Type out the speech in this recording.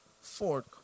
Ford